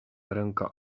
ręka